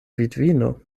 vidvino